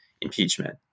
impeachment